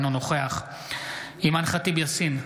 אינו נוכח אימאן ח'טיב יאסין,